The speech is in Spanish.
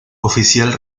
oficial